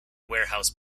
warehouse